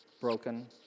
broken